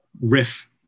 riff